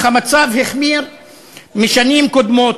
אך המצב החמיר לעומת שנים קודמות.